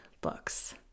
books